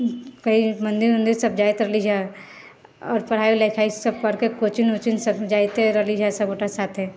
कइ मन्दिर उन्दिर सब जाइत रहली हँ आओर पढ़ाइ लिखाइ सब करिके कोचिंग उचिंग सब जाइते रहली हँ सब गोटा साथे